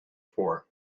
for